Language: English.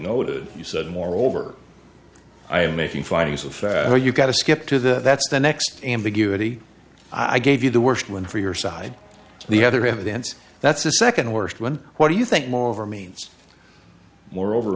noted you said moreover i am making findings of fact where you got to skip to the that's the next ambiguity i gave you the worst one for your side the other evidence that's a second worst one what do you think moreover means moreover